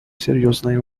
серьезной